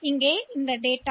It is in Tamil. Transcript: எனவே டி 7 பிட்